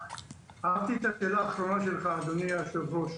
אהבתי את השאלה האחרונה שלך, אדוני היושב-ראש,